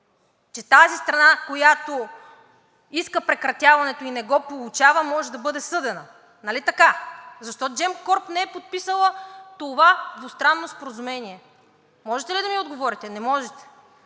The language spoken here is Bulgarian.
Че тази страна, която иска прекратяването и не го получава, може да бъде съдена, нали така?! Защо Gemcorp не е подписала това двустранно споразумение? Можете ли да ми отговорите? Не можете.